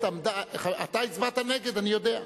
אתה הצבעת נגד, אני יודע.